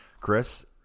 Chris